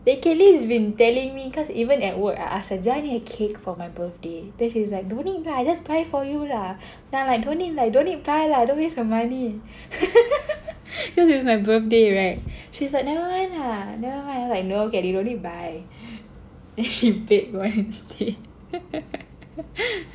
then Kelly has been telling me cause even at work I asked her do I need a cake for my birthday then she's like no need lah I just buy for you lah then I'm like don't need lah don't need buy lah don't waste your money cause it's my birthday right she's like nevermind lah nevermind lah I'm like no Kelly you don't need to buy then she baked one cake